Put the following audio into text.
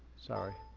sorry.